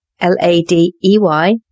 L-A-D-E-Y